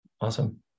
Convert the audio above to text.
Awesome